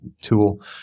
tool